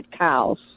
cows